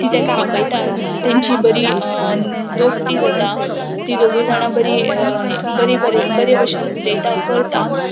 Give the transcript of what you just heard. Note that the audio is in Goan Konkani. ती तेका आपयता तेंची बरी दोस्ती जाता ती दोगूय जाणां बरी बरी बरी बरे भशेन उलयता करता